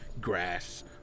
grass